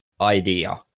idea